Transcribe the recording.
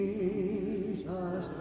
Jesus